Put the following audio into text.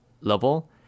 level